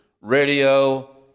radio